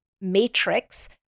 matrix